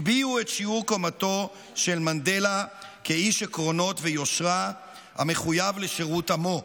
הגביהו את שיעור קומתו של מנדלה כאיש עקרונות ויושרה המחויב לשירות עמו.